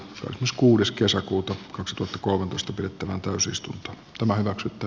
jos kuudes kesäkuuta kaksituhattakolmetoista pidettävä toisista tämä hyväksytty